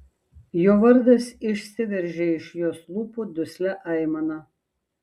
jo vardas išsiveržė iš jos lūpų duslia aimana